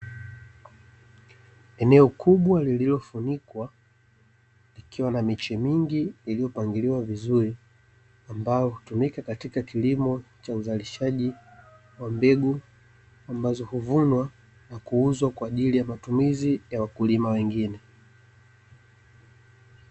Eneo kubwa lililofunikwa likiwa na miche mingi iliyopangiliwa vizuri ambayo hutumika katika kilimo cha uzalishaji wa mbegu ambazo huvunwa na kuuzwa kwa ajili ya matumizi ya wakulima wengine.